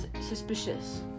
suspicious